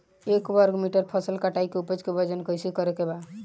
एक वर्ग मीटर फसल कटाई के उपज के वजन कैसे करे के बा?